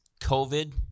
COVID